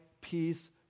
peace